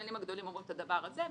והכללים הגדולים אומרים את הדבר הזה,